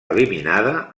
eliminada